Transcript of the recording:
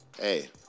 Hey